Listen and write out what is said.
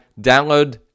download